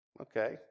Okay